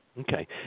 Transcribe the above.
Okay